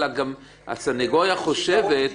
אלא גם שהסניגוריה חושבת,